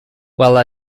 while